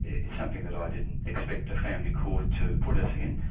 it's something that i didn't expect the family court to put us in.